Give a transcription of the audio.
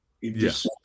Yes